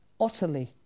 utterly